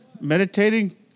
meditating